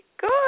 Good